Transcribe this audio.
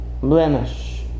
blemish